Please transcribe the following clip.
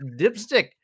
Dipstick